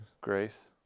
Grace